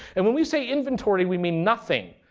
and when we say inventory we mean nothing.